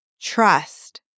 trust